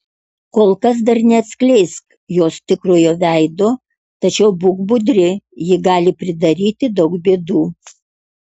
kol kas dar neatskleisk jos tikrojo veido tačiau būk budri ji gali pridaryti daug bėdų